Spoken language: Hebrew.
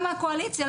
גם מהקואליציה,